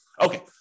Okay